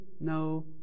no